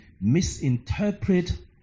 misinterpret